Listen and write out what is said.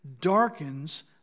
darkens